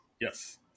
Yes